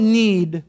need